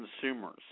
consumers